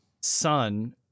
son